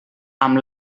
amb